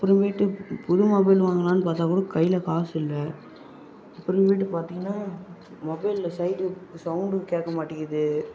அப்புறமேட்டு புது மொபைல் வாங்கலான்னு பார்த்தா கூட கையில் காசு அப்புறமேட்டு பாத்தீங்கன்னா மொபைல்லில் சைடு சௌண்ட்டும் கேட்க மாட்டேங்குது